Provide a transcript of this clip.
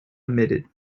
omitted